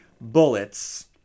bullets